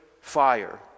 fire